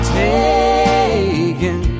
taken